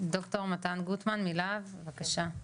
ד"ר מתן גוטמן מלהב, בקשה.